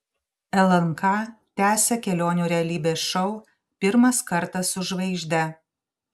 lnk tęsia kelionių realybės šou pirmas kartas su žvaigžde